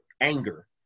anger